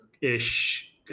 ish